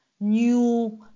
new